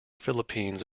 philippines